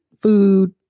food